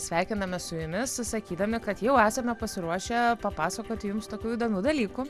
sveikinamės su jumis sakydami kad jau esame pasiruošę papasakoti jums tokių įdomių dalykų